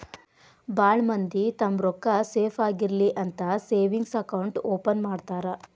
ಭಾಳ್ ಮಂದಿ ತಮ್ಮ್ ರೊಕ್ಕಾ ಸೇಫ್ ಆಗಿರ್ಲಿ ಅಂತ ಸೇವಿಂಗ್ಸ್ ಅಕೌಂಟ್ ಓಪನ್ ಮಾಡ್ತಾರಾ